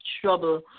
trouble